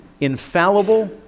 infallible